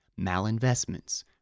malinvestments